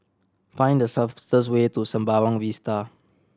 find the way to Sembawang Vista